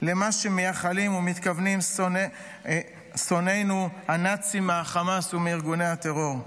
למה שמייחלים ומתכוונים שונאינו הנאצים מהחמאס ומארגוני הטרור.